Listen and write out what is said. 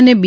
અને બી